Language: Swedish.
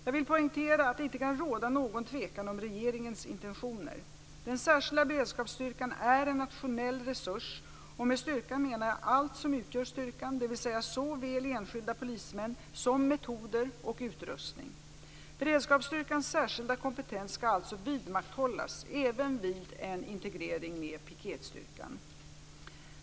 Jag vill poängtera att det inte kan råda någon tvekan om regeringens intentioner: Den särskilda beredskapsstyrkan är en nationell resurs, och med styrkan menar jag allt som utgör styrkan, dvs. såväl enskilda polismän som metoder och utrustning. Beredskapsstyrkans särskilda kompetens skall alltså vidmakthållas även vid en integrering med piketstyrkan.